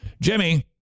Jimmy